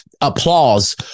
applause